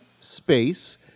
space